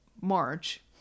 March